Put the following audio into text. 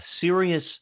serious